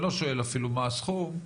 ואני לא שואל אפילו מה הסכום,